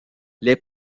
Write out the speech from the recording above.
les